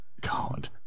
God